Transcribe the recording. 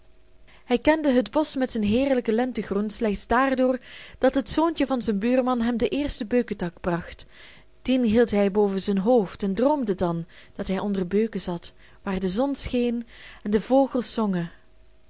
hij kende het bosch met zijn heerlijk lentegroen slechts daardoor dat het zoontje van zijn buurman hem den eersten beuketak bracht dien hield hij boven zijn hoofd en droomde dan dat hij onder beuken zat waar de zon scheen en de vogels zongen